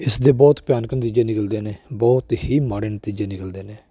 ਇਸ ਦੇ ਬਹੁਤ ਭਿਆਨਕ ਨਤੀਜੇ ਨਿਕਲਦੇ ਨੇ ਬਹੁਤ ਹੀ ਮਾੜੇ ਨਤੀਜੇ ਨਿਕਲਦੇ ਨੇ